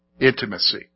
Intimacy